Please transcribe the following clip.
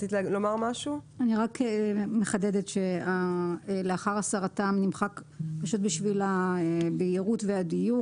אני מחדדת ש"לאחר הסרתם" נמחק בשביל הבהירות והדיוק.